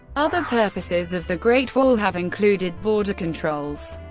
other purposes of the great wall have included border controls,